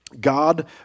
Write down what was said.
God